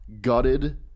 gutted